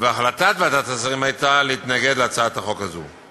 והחלטת ועדת השרים הייתה להתנגד להצעת החוק הזאת.